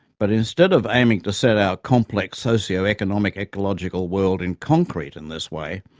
but instead of aiming to set our complex socio-economic-ecological world in concrete in this way,